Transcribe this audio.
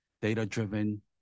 data-driven